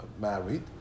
married